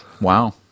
Wow